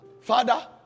Father